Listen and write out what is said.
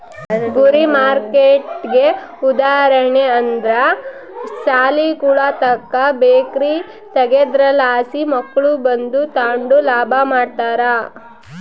ಗುರಿ ಮಾರ್ಕೆಟ್ಗೆ ಉದಾಹರಣೆ ಅಂದ್ರ ಸಾಲಿಗುಳುತಾಕ ಬೇಕರಿ ತಗೇದ್ರಲಾಸಿ ಮಕ್ಳು ಬಂದು ತಾಂಡು ಲಾಭ ಮಾಡ್ತಾರ